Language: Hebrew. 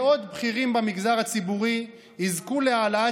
מאות בכירים במגזר הציבורי יזכו להעלאת